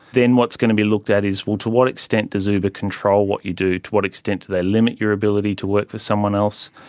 then what's going to be looked at is, well, to what extent does uber control what you do, to what extent do they limit your ability to work for someone else,